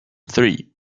three